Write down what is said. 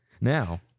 now